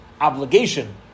obligation